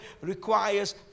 requires